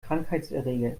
krankheitserreger